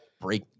break